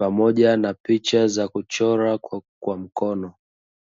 pamoja na picha za kuchora kwa mkono.